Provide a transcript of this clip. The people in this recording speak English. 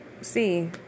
see